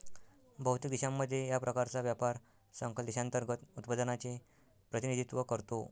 बहुतेक देशांमध्ये, या प्रकारचा व्यापार सकल देशांतर्गत उत्पादनाचे प्रतिनिधित्व करतो